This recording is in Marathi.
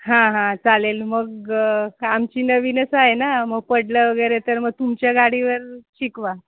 हां हां चालेल मग आमची नवीनच आहे ना मग पडलं वगैरे तर मग तुमच्या गाडीवर शिकवा